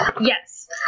Yes